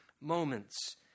moments